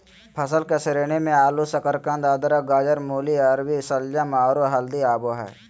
फसल के श्रेणी मे आलू, शकरकंद, अदरक, गाजर, मूली, अरबी, शलजम, आरो हल्दी आबो हय